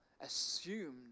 assumed